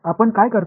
आपण काय करता